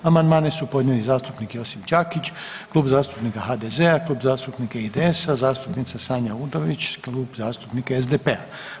Amandmane su podnijeli zastupnik Josip Đakić, Klub zastupnika HDZ-a, Klub zastupnika IDS-a, zastupnica Sanja Udović, Klub zastupnika SDP-a.